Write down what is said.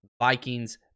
Vikings